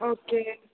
okay